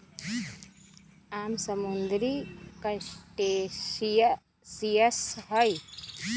आम समुद्री क्रस्टेशियंस हई